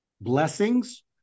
Blessings